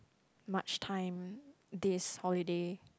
much time this holiday